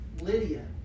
Lydia